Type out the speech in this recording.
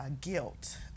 guilt